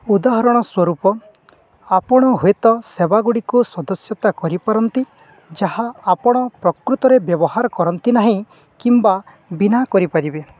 ଉଦାହରଣ ସ୍ୱରୂପ ଆପଣ ହୁଏତ ସେବାଗୁଡ଼ିକୁ ସଦସ୍ୟତା କରିପାରନ୍ତି ଯାହା ଆପଣ ପ୍ରକୃତରେ ବ୍ୟବହାର କରନ୍ତି ନାହିଁ କିମ୍ବା ବିନା କରିପାରିବେ